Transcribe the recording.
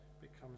becomes